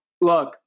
look